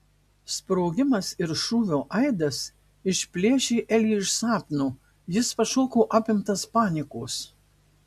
sprogimas ir šūvio aidas išplėšė elį iš sapno jis pašoko apimtas panikos